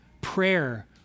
Prayer